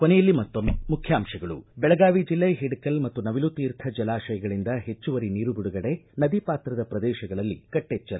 ಕೊನೆಯಲ್ಲಿ ಮತ್ತೊಮ್ನೆ ಮುಖ್ಯಾಂಶಗಳು ಬೆಳಗಾವಿ ಜಿಲ್ಲೆ ಹಿಡಕಲ್ ಮತ್ತು ನವಿಲುತೀರ್ಥ ಜಲಾಶಯಗಳಿಂದ ಹೆಚ್ಚುವರಿ ನೀರು ಬಿಡುಗಡೆ ನದಿ ಪಾತ್ರದ ಪ್ರದೇಶಗಳಲ್ಲಿ ಕಟ್ಟೆಚ್ಚರ